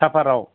साफाराउ